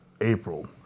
april